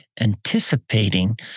anticipating